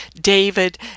David